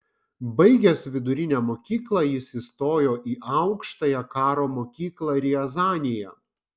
baigęs vidurinę mokyklą jis įstojo į aukštąją karo mokyklą riazanėje